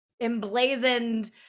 emblazoned